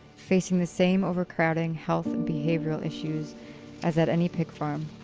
facing the same overcrowding, health and behavioural issues as at any pig farm,